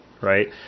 right